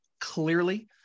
clearly